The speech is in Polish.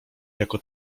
jako